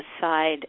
side